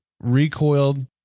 Recoiled